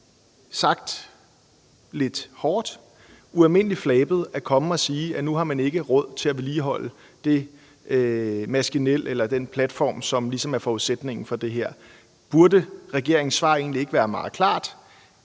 sagt lidt hårdt, ualmindelig flabet at komme og sige, at nu har man ikke råd til at vedligeholde det maskinel eller den platform, som ligesom er forudsætningen for det her? Burde regeringens svar egentlig ikke være meget klart: